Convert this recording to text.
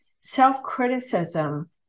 self-criticism